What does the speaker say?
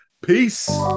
peace